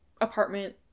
apartment